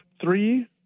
three